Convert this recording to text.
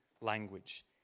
language